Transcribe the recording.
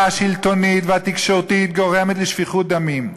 השלטונית והתקשורתית הוא שפיכות דמים,